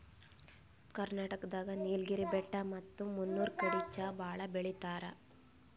ಕರ್ನಾಟಕ್ ದಾಗ್ ನೀಲ್ಗಿರಿ ಬೆಟ್ಟ ಮತ್ತ್ ಮುನ್ನೂರ್ ಕಡಿ ಚಾ ಭಾಳ್ ಬೆಳಿತಾರ್